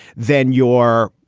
then your,